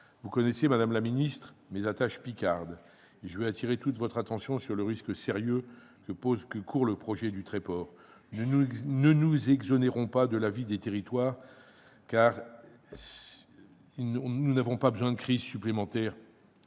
Vous connaissez, madame la ministre, mes attaches picardes ; je veux appeler à cet égard toute votre attention sur le risque sérieux que court le projet du Tréport. Ne nous exonérons pas de l'avis des territoires ; nous n'avons pas besoin d'une crise supplémentaire